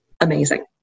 amazing